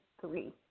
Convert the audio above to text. three